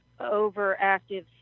overactive